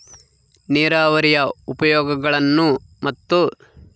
ನೇರಾವರಿಯ ಉಪಯೋಗಗಳನ್ನು ಮತ್ತು?